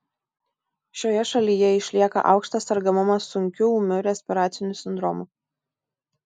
šioje šalyje išlieka aukštas sergamumas sunkiu ūmiu respiraciniu sindromu